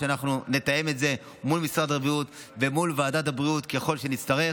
אנחנו נתאם את זה מול משרד הבריאות ומול ועדת הבריאות ככל שנצטרך.